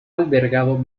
albergado